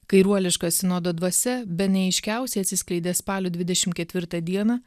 kairuoliška sinodo dvasia bene aiškiausiai atsiskleidė spalio dvidešim ketvirtą dieną